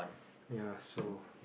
ya so